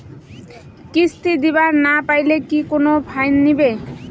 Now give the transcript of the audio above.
কিস্তি দিবার না পাইলে কি কোনো ফাইন নিবে?